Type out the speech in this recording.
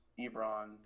Ebron